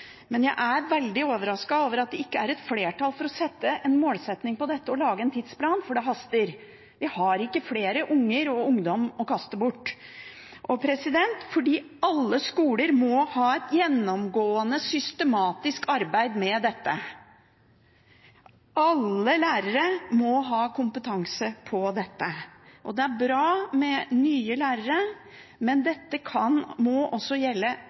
Men jeg er veldig overrasket over at det ikke er flertall for å sette et mål for dette og lage en tidsplan, for det haster – vi har ikke flere unger og ungdommer «å kaste bort». Alle skoler må ha et gjennomgående systematisk arbeid med dette. Alle lærere må ha kompetanse i dette. Det er bra med nye lærere, men det må også